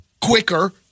quicker